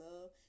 Love